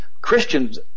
Christians